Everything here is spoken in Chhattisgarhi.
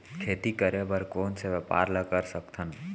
खेती करे बर कोन से व्यापार ला कर सकथन?